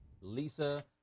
Lisa